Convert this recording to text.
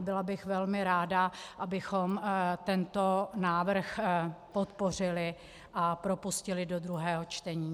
Byla bych velmi ráda, abychom tento návrh podpořili a propustili do druhého čtení.